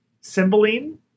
Cymbeline